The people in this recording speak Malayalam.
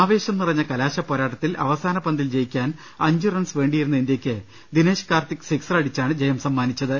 ആവേശം നിറഞ്ഞ കലാശപോരാട്ടത്തിൽ അവസാന പന്തിൽ ജയിക്കാൻ അഞ്ചു റൺസ് വേണ്ടിയിരുന്ന ഇന്ത്യക്ക് ദിനേശ് കാർത്തിക് സിക്സർ അടിച്ചാണ് ജയം സമ്മാനിച്ചത്